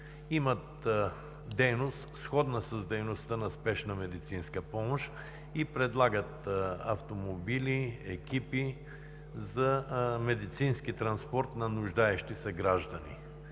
имат дейност, сходна с дейността на Спешна медицинска помощ, и предлагат автомобили, екипи за медицински транспорт на нуждаещи се граждани